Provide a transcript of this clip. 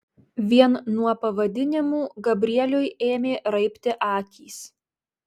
vien nuo pavadinimų gabrieliui ėmė raibti akys